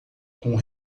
com